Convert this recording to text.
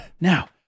now